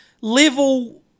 level